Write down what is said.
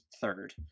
third